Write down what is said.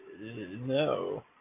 No